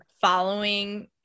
following